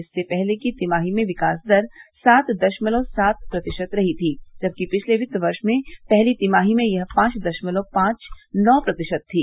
इससे पहले की तिमाही में विकास दर सात दशमलव सात प्रतिशत रही थी जबकि पिछले वित्त वर्ष की पहली तिमाही में यह पांच दशमलव पांच नौ प्रतिशत थी